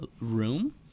Room